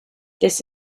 this